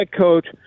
coach